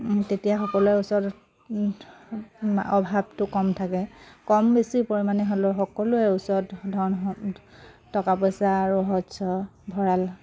তেতিয়া সকলোৰে ওচৰত অভাৱটো কম থাকে কম বেছি পৰিমাণে হ'লেও সকলোৰে ওচৰত ধন টকা পইচা আৰু শস্য ভঁৰাল